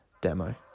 Demo